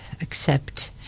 Accept